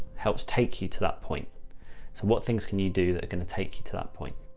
helps take you to that point. so what things can you do that are going to take you to that point?